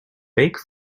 bake